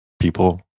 people